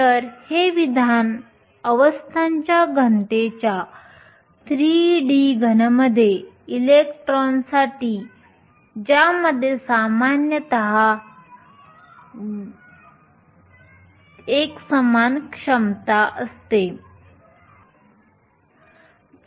तर हे विधान अवस्थांच्या घनतेच्या 3 डी घनमध्ये इलेक्ट्रॉनसाठी ज्यामध्ये सामान्यत घनमध्ये एकसमान क्षमता असते